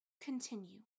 Continue